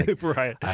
Right